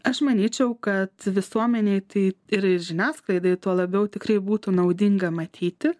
aš manyčiau kad visuomenei tai ir ir žiniasklaidai tuo labiau tikrai būtų naudinga matyti